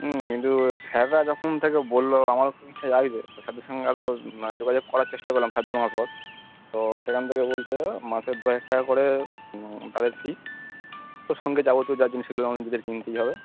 হুম কিন্তু স্যাররা যখন থেকে বললো আমারও খুব ইচ্ছা জাগছে স্যারদের সঙ্গে আরো যোগাযোগ করার চেষ্টা করলাম স্যারদের মারফৎ তো সেখান থেকে বলছে মাসে দু হাজার টাকা করে তাদের ফিস তোর সঙ্গে যাবো তো যা জিনিস সেগুলো আমাদের নিজেদের কিনতেই হবে